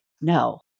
no